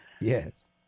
Yes